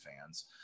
fans